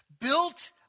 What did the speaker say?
Built